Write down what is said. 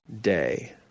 day